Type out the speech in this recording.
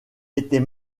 était